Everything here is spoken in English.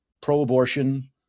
pro-abortion